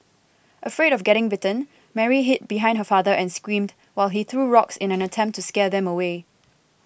afraid of getting bitten Mary hid behind her father and screamed while he threw rocks in an attempt to scare them away